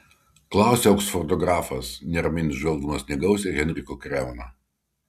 klausia oksfordo grafas neramiai nužvelgdamas negausią henriko kariauną